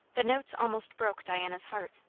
the notes almost broke diana's heart,